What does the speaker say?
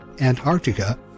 Antarctica